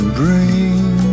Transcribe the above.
bring